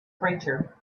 creature